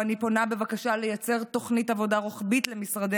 אני פונה בבקשה ליצור תוכנית עבודה רוחבית למשרדי